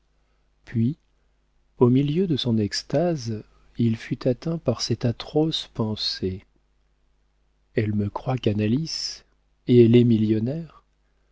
puis au milieu de son extase il fut atteint par cette atroce pensée elle me croit canalis et elle est millionnaire